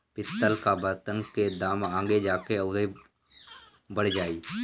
पितल कअ बर्तन के दाम आगे जाके अउरी बढ़ जाई